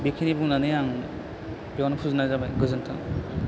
बेखिनि बुंनानै आं बेयावनो फोजोबनाय जाबाय